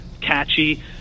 catchy